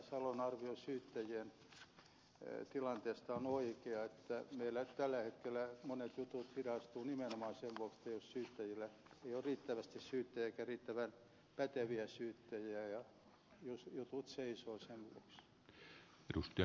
salon arvio syyttäjien tilanteesta on oikea että meillä tällä hetkellä monet jutut hidastuvat nimenomaan sen vuoksi että ei ole riittävästi syyttäjiä eikä riittävän päteviä syyttäjiä ja jutut seisovat sen vuoksi